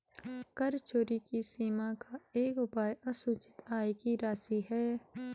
कर चोरी की सीमा का एक उपाय असूचित आय की राशि है